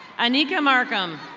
anika marcum.